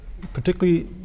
particularly